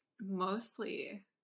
mostly